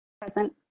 Present